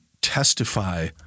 testify